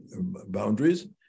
boundaries